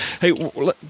Hey